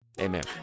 Amen